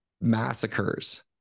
massacres